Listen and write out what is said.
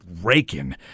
raking